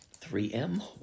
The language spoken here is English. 3M